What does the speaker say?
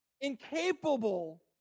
incapable